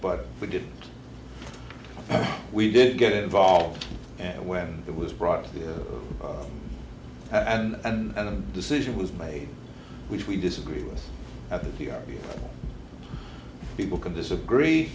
but we did we did get involved and when it was brought to the and a decision was made which we disagree with other people can disagree